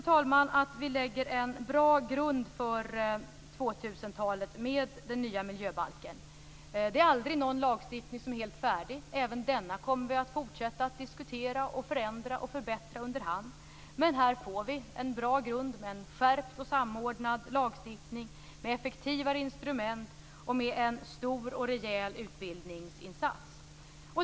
Jag tror att vi lägger en bra grund inför 2000-talet med den nya miljöbalken. Det är aldrig någon lagstiftning som är helt färdig. Även denna kommer vi att fortsätta att diskutera, förändra och förbättra under hand. Här får vi en bra grund med en skärpt och samordnad lagstiftning med effektiva instrument och med en stor och rejäl utbildningsinsats.